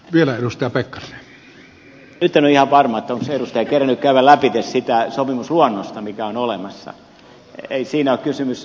nyt en ole ihan varma onko edustaja kerennyt käydä lävitse sitä sopimusluonnosta mikä on olemassa